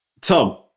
Tom